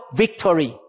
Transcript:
victory